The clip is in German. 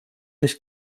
nicht